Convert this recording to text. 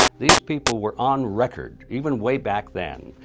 these people were on record, even way back then,